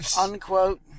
unquote